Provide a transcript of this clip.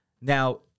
Now